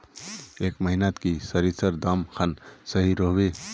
ए महीनात की सरिसर दाम खान सही रोहवे?